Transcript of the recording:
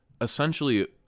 essentially